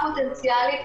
הם אסימפטומטיים.